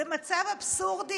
זה מצב אבסורדי.